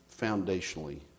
foundationally